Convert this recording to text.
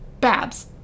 Babs